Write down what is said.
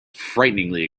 frighteningly